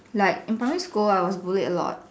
like in primary school I was bullied a lot